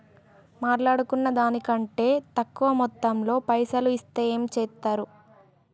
మాట్లాడుకున్న దాని కంటే తక్కువ మొత్తంలో పైసలు ఇస్తే ఏం చేత్తరు?